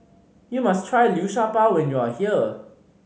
you must try Liu Sha Bao when you are here